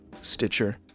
Stitcher